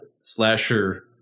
slasher